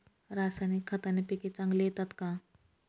रासायनिक खताने पिके चांगली येतात का?